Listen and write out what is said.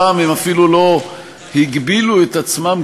הפעם הם אפילו לא הגבילו את עצמם,